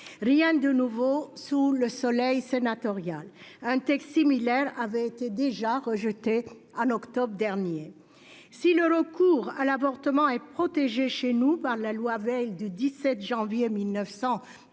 Rien de nouveau sous le soleil sénatorial : un texte similaire avait déjà été rejeté en octobre dernier. Si le recours à l'avortement est protégé en France par la loi Veil du 17 janvier 1975,